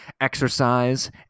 exercise